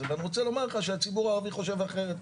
ואני רוצה לומר לך שהציבור הערבי חושב אחרת.